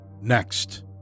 Next